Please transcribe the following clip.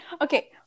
Okay